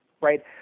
right